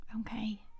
Okay